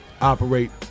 Operate